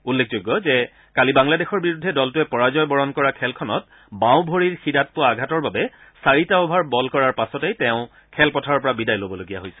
উল্লেখযোগ্য যে কালি বাংলাদেশৰ বিৰুদ্ধে দলটোৱে পৰাজয় বৰণ কৰা খেলখনত বাওঁ ভৰিৰ শিৰাত পোৱা আঘাতৰ বাবে চাৰিটা অভাৰ বল কৰাৰ পাছতেই তেওঁ খেলপথাৰৰ পৰা বিদায় লবলগীয়া হৈছিল